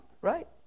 right